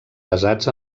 basats